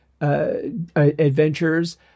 Adventures